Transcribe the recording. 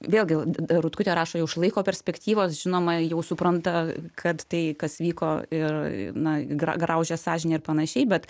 vėlgi rutkutė rašo jau iš laiko perspektyvos žinoma jau supranta kad tai kas vyko ir na gra graužė sąžinė ir panašiai bet